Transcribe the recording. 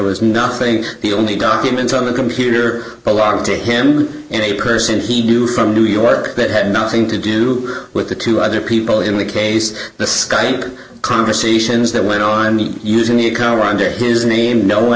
was nothing the only documents on the computer belonged to him and a person he knew from new york that had nothing to do with the two other people in the case the sky conversations that went on using your car under his name no one